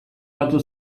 batu